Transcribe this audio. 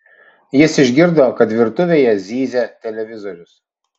jis išgirdo kad virtuvėje zyzia televizorius